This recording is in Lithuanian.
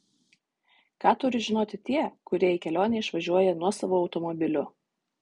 ką turi žinoti tie kurie į kelionę išvažiuoja nuosavu automobiliu